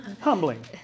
humbling